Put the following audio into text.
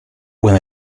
when